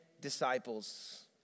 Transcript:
disciples